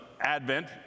advent